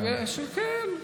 כן.